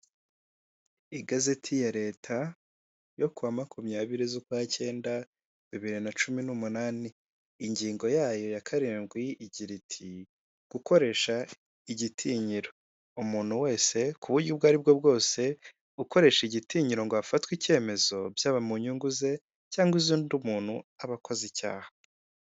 Igazeti ya Leta, yo kuwa makumyabiri z'ukwa cyenda bibiri na cumi n'umunani, ingingo yayo ya karindwi igira iti, gukoresha igitinyiro umuntu wese ku buryo ubwo ari bwo bwose, ukoresha igitinyiro ngo hafatwe icyemezo byaba mu nyungu ze, cyangwa iz'undi muntu aba akoze icyaha.